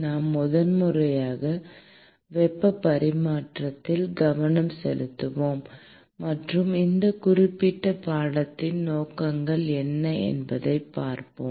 நாம் முதன்மையாக வெப்ப பரிமாற்றத்தில் கவனம் செலுத்துவோம் மற்றும் இந்த குறிப்பிட்ட பாடத்தின் நோக்கங்கள் என்ன என்பதைப் பார்ப்போம்